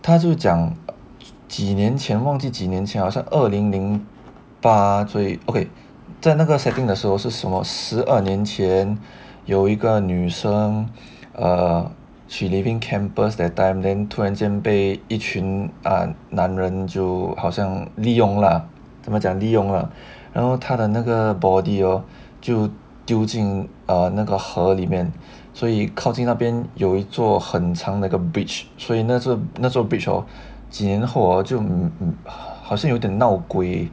他就讲几年前忘记几年前好像二零零八所以 okay 在那个 setting 的时候是什么十二年前有一个女生 err she leaving campus that time then 突然间被一群男人就好像利用 lah 怎么讲利用 lah 然后她的那个 body hor 就丢进呃那个河里面所以靠近那边有一座很长一个 bridge 所以那个那个 bridge hor 很像几年后就很像有一点闹鬼